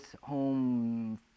home